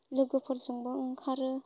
लोगोफोरजोंबो ओंखारो